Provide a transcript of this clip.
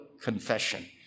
confession